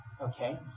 okay